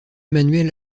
manuel